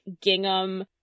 gingham